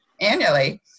annually